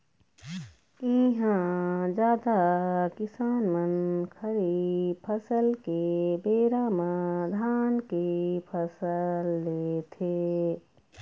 इहां जादा किसान मन खरीफ फसल के बेरा म धान के फसल लेथे